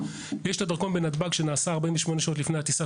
ויש את הדרכון בנתב"ג שנעשה 48 שעות לפני הטיסה,